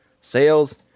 sales